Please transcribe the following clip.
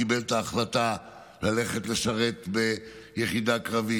קיבל את ההחלטה ללכת לשרת ביחידה קרבית.